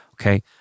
okay